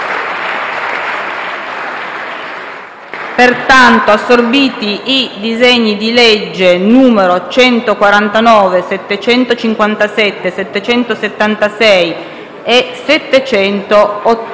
pertanto assorbiti i disegni di legge nn. 149, 757, 776 e 789.